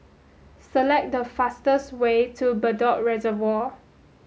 select the fastest way to Bedok Reservoir